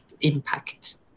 impact